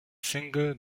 single